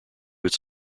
its